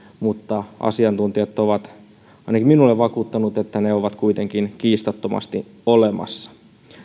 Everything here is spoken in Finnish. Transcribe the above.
mutta asiantuntijat ovat ainakin minulle vakuuttaneet että ne ovat kuitenkin kiistattomasti olemassa